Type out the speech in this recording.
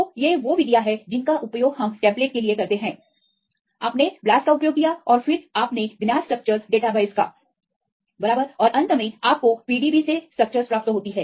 तो ये वो विधियाँ हैं जिनका उपयोग हम टेम्पलेट के लिए करते हैं आपने BLAST ब्लास्टका उपयोग किया और फिर आपने ज्ञात स्ट्रक्चर डेटाबेस का बराबर और अंत में आपको PDB से स्ट्रक्चरस प्राप्त होती हैं